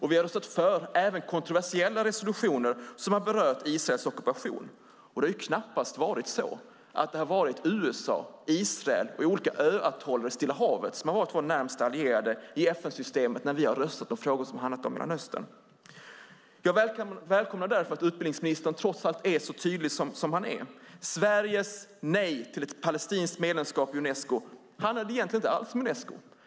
Vi har röstat för även kontroversiella resolutioner som har berört Israels ockupation. Det har knappast varit så att det har varit USA, Israel och olika ö-atoller i Stilla havet som har varit våra närmast allierade i FN-systemet när vi har röstat i frågor som har handlat om Mellanöstern. Jag välkomnar därför att utbildningsministern trots allt är så tydlig som han är. Sveriges nej till ett palestinskt medlemskap i Unesco handlade egentligen inte alls om Unesco.